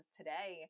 today